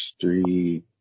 three